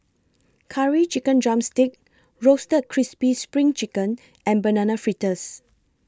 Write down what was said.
Curry Chicken Drumstick Roasted Crispy SPRING Chicken and Banana Fritters